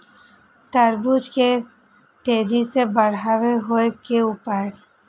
तरबूज के तेजी से बड़ा होय के उपाय?